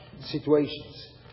situations